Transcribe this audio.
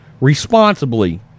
responsibly